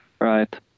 Right